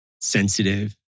sensitive